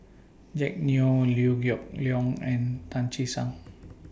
Jack Neo Liew Geok Leong and Tan Che Sang